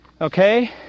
Okay